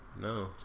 no